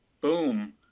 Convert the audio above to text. boom